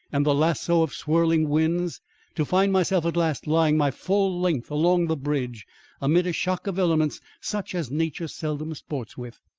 and the lasso of swirling winds to find myself at last lying my full length along the bridge amid a shock of elements such as nature seldom sports with.